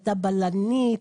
הייתה בלנית.